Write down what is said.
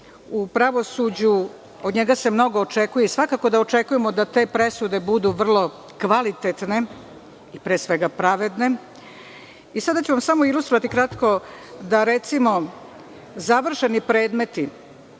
u pravosuđu, od njega se mnogo očekuje i svakako da očekujemo da te presude budu vrlo kvalitetne i pre svega pravedne. Sada ću vam samo kratko ilustrovati. Recimo, završeni predmeti,